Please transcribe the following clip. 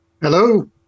Hello